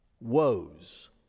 woes